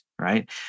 right